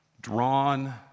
drawn